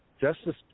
Justice